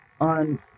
on